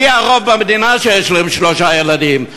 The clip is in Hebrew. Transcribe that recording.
מי הרוב במדינה שיש להם שלושה ילדים?